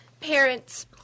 Parents